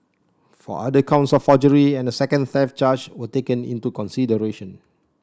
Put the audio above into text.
four other counts of forgery and a second theft charge were taken into consideration